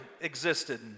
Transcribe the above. existed